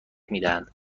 میدهند